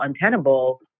untenable